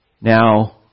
Now